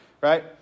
right